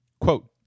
Quote